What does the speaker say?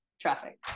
traffic